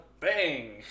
Bang